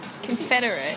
Confederate